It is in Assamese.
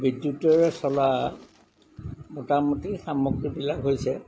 বিদ্যুতেৰে চলা মোটামুটি সামগ্ৰীবিলাক হৈছে